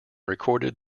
recorded